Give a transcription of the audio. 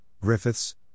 Griffiths